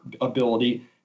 ability